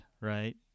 right